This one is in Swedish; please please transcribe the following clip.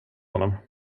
honom